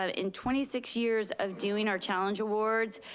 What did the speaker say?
um in twenty six years of doing our challenge awards,